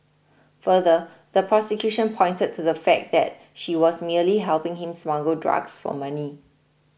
further the prosecution pointed to the fact that she was merely helping him smuggle drugs for money